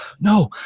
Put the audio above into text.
no